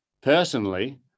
personally